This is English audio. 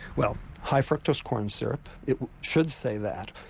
well high fructose corn syrup, it should say that,